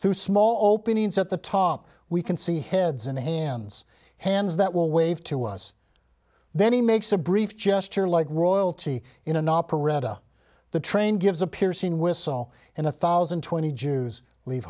through small openings at the top we can see heads and hands hands that will wave to us then he makes a brief gesture like royalty in an operetta the train gives a piercing whistle and a thousand and twenty jews leave